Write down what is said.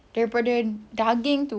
daripada daging tu